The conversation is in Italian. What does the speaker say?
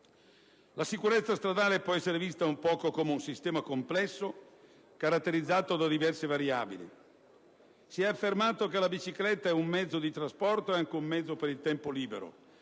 La sicurezza stradale può essere vista un po' come un sistema complesso, caratterizzato da diverse variabili. Si è affermato che la bicicletta è sia un mezzo di trasporto, sia un mezzo per il tempo libero.